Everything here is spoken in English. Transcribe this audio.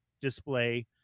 display